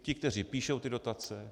Ty, kteří píšou ty dotace.